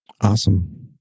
Awesome